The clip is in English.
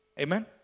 Amen